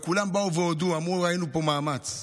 כולם באו והודו ואמרו: ראינו פה מאמץ.